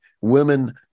women